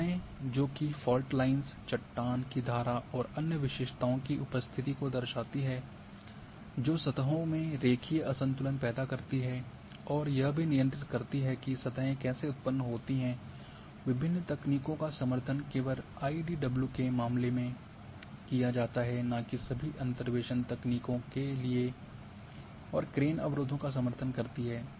बाधाएँ जोकि fault lines चट्टान की धारा और अन्य विशेषताओं की उपस्थिति को दर्शाती हैं जो सतहों मे रेखीय असंतुलन पैदा करती हैं और यह भी नियंत्रित करती हैं कि सतहें कैसे उत्पन्न होती हैं विभिन्न तकनीकों का समर्थन केवल आईडीडब्लू के मामले में किया जाता है नाकि सभी अंतर्वेशन तकनीकों के लिए नहीं और क्रेन अवरोधों का समर्थन करती है